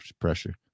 pressure